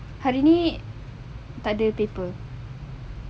hari ini tak ada paper